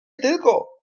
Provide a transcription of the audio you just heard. tylko